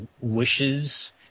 wishes